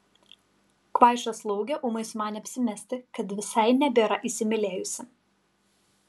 kvaiša slaugė ūmai sumanė apsimesti kad visai nebėra įsimylėjusi